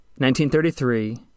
1933